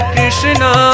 Krishna